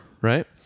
right